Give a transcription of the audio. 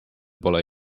pole